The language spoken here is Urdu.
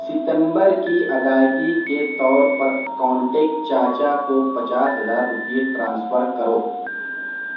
ستمبر کی ادائیگی کے طور پر کانٹیکٹ چاچا کو پچاس ہزار روپئے ٹرانسفر کرو